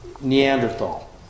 Neanderthal